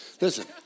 Listen